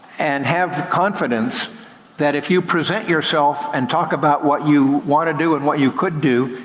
and have confidence that if you present yourself and talk about what you wanna do and what you could do,